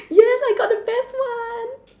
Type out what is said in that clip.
yes I got the best one